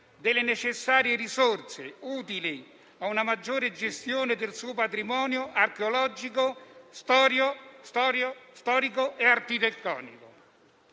delle necessarie risorse, utili a una migliore gestione del suo patrimonio archeologico, storico e architettonico.